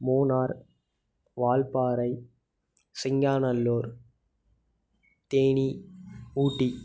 Munnar Valparai Singanallur Theni Ooty